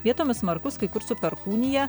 vietomis smarkus kai kur su perkūnija